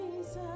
Jesus